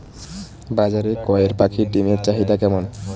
বাজারে কয়ের পাখীর ডিমের চাহিদা কেমন?